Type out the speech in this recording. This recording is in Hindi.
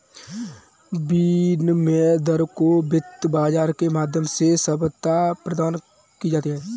विनिमय दर को वित्त बाजार के माध्यम से सबलता प्रदान की जाती है